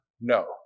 No